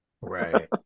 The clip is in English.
Right